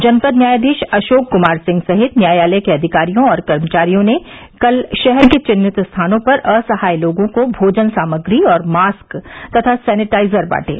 जनपद न्यायाधीश अशोक कुमार सिंह सहित न्यायालय के अधिकारियों और कर्मचारियों ने कल शहर के चिन्हित स्थानों पर असहाय लोगों को भोजन सामग्री और मास्क तथा सैनिटाइजर बांटे